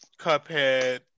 cuphead